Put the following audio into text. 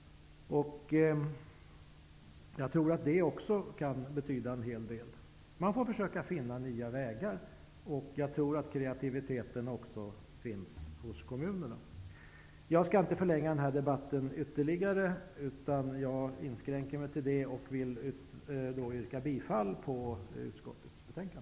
Jag tror att det också kan betyda en hel del. Man får försöka finna nya vägar, och jag tror att kreativiteten också finns hos kommunerna. Jag skall inte förlänga den här debatten ytterligare, utan jag inskränker mig till att yrka bifall till utskottets hemställan.